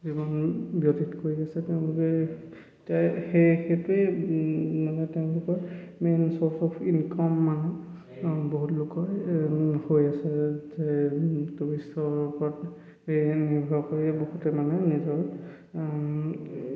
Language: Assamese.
জীৱন কৰি আছে তেওঁলোকোই সেইটোৱেই মানে তেওঁলোকৰ মেইন ছ'ৰ্চ অফ ইনকাম মানে বহুত লোকৰ হৈ আছে যে ওপৰত নিৰ্ভৰ কৰি বহুতে মানে নিজৰ